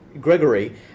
Gregory